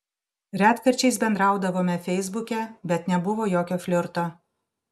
retkarčiais bendraudavome feisbuke bet nebuvo jokio flirto